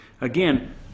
Again